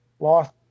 Lost